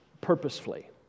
purposefully